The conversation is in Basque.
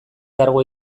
kargu